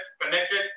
connected